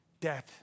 death